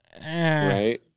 Right